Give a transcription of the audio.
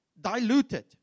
diluted